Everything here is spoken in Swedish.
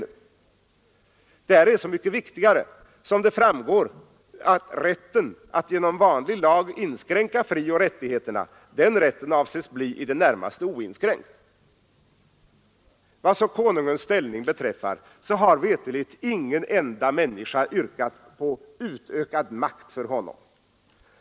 Det här är så mycket viktigare därför att det framgår att rätten att genom vanlig lag inskränka frioch rättigheterna avses bli i det närmaste oinskränkt. Vad så Konungens ställning beträffar har mig veterligen ingen enda människa yrkat på utökad makt för honom.